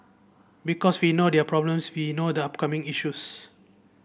because we know their problems we know the upcoming issues